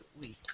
week